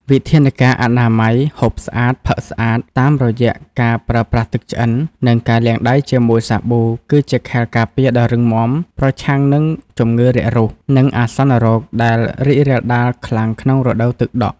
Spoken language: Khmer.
វិធានការអនាម័យ ហូបស្អាត ផឹកស្អាត តាមរយៈការប្រើប្រាស់ទឹកឆ្អិន និងការលាងដៃជាមួយសាប៊ូ គឺជាខែលការពារដ៏រឹងមាំប្រឆាំងនឹងជំងឺរាគរូស និងអាសន្នរោគដែលរីករាលដាលខ្លាំងក្នុងរដូវទឹកដក់។